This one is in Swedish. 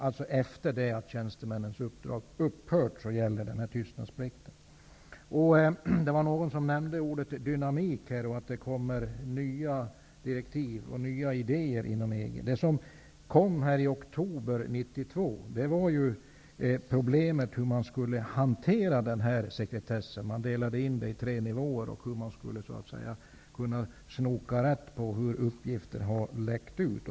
Alltså även efter det att tjänstemännens uppdrag upphört gäller tystnadsplikten. Det var någon som nämnde ordet dynamik och sade att det kommer nya direktiv och idéer inom EG. Det som kom i oktober 1992 gällde problemet med hur man skulle hantera sekretessen. Man delade in det i tre nivåer hur man skulle kunna snoka rätt på hur uppgifter hade läckt ut.